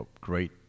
great